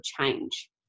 change